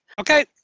Okay